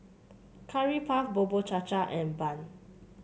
Curry Puff Bubur Cha Cha and bun